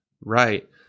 Right